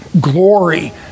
glory